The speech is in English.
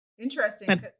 Interesting